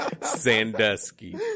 Sandusky